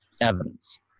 evidence